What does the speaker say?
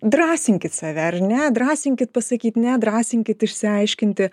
drąsinkit save ar ne drąsinkit pasakyt ne drąsinkit išsiaiškinti